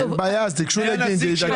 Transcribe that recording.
אין בעיה, אז תיגשו לגינדי ודווחו לגינדי.